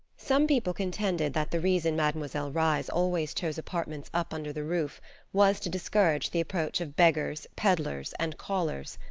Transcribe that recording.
some people contended that the reason mademoiselle reisz always chose apartments up under the roof was to discourage the approach of beggars, peddlars and callers.